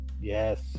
yes